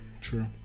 True